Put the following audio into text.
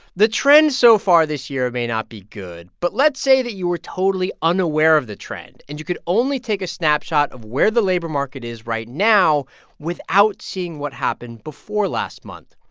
the trend so far this year may not be good. but let's say that you were totally unaware of the trend and you could only take a snapshot of where the labor market is right now without seeing what happened before last month.